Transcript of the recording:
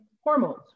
hormones